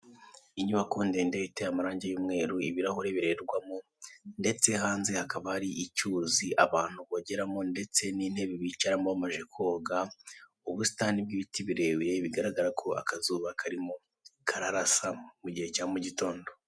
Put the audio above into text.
Inyubako ndende iteye amarangi y'umweru ibirahuri birerwamo ndetse hanze hakaba hari icyuzi abantu bogeramo ndetse n'intebe bicaramo bamaje koga, ubusitani bw'ibiti birebire bigaragara ko akazuba karimo kararasa mugihe cya mugitondo.